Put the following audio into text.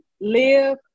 Live